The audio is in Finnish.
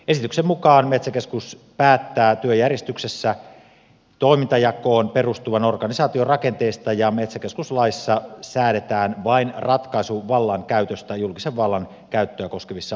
esityksen mukaan metsäkeskus päättää työjärjestyksessä toimintajakoon perustuvan organisaation rakenteesta ja metsäkeskus laissa säädetään vain ratkaisuvallan käytöstä julkisen vallan käyttöä koskevissa asioissa